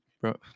bro